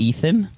Ethan